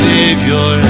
Savior